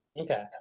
Okay